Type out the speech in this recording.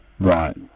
Right